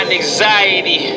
anxiety